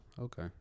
Okay